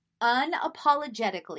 unapologetically